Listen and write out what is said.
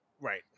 Right